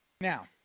Now